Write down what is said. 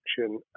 action